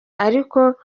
ariko